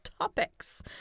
Topics